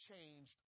changed